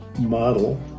model